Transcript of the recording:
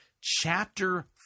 chapter